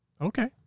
Okay